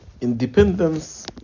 Independence